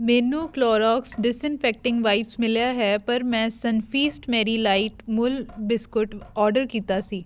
ਮੈਨੂੰ Clorox disinfecting wipes ਮਿਲਿਆ ਹੈ ਪਰ ਮੈਂ ਸੰਨਫੀਸਟ ਮੈਰੀ ਲਾਈਟ ਮੂਲ ਬਿਸਕੁਟ ਔਡਰ ਕੀਤਾ ਸੀ